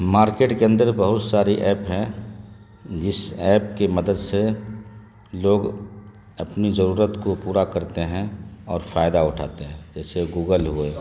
market کے اندر بہت ساری ایپ ہیں جس ایپ کی مدد سے لوگ اپنی ضرورت کو پورا کرتے ہیں اور فائدہ اٹھاتے ہیں جیسے گوگل ہوئے